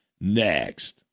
Next